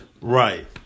Right